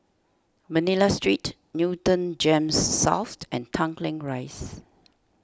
Manila Street Newton Gems South and Tanglin Rise